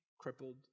crippled